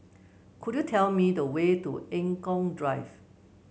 could you tell me the way to Eng Kong Drive